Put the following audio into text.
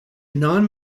non